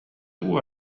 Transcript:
uue